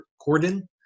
Corden